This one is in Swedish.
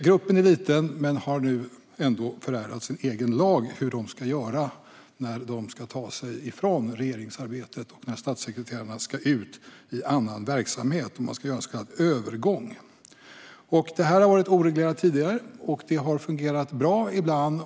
Gruppen är liten men har nu ändå förärats en egen lag om hur de ska göra när de ska ta sig ifrån regeringsarbetet och ut i annan verksamhet, hur de ska göra en så kallad övergång. Detta har varit oreglerat tidigare. Det har fungerat bra ibland.